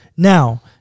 Now